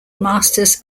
masters